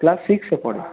class সিক্সে পড়ে